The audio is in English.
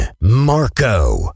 Marco